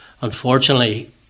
unfortunately